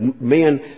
Men